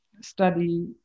study